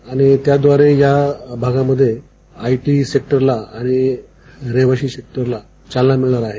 आणि त्याद्वारे या भागामध्ये आयटी सेक्टरला आणि रहिवासी सेक्टरला चालना मिळणार आहे